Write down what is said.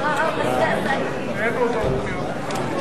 גרסה ב' לאחרי סעיף 25(3)